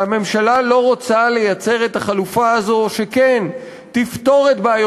שהממשלה לא רוצה לייצר את החלופה הזו שכן תפתור את בעיות